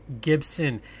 Gibson